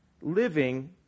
living